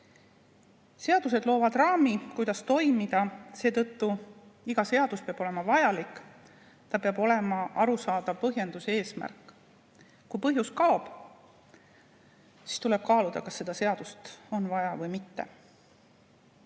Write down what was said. minna. Seadused loovad raami, kuidas toimida, seetõttu iga seadus peab olema vajalik. Tal peab olema arusaadav põhjendus ja eesmärk. Kui põhjus kaob, siis tuleb kaaluda, kas seda seadust on vaja või mitte.